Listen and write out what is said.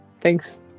Thanks